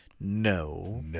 No